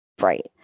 Right